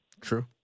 True